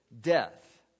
death